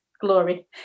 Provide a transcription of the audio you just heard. glory